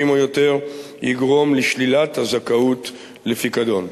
או יותר יגרום לשלילת הזכאות לפיקדון.